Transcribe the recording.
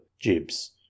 jibs